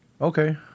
Okay